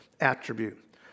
attribute